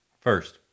First